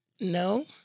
No